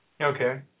Okay